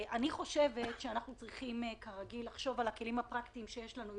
אני חושבת שאנחנו צריכים לחשוב על הכלים הפרקטיים שיש לנו,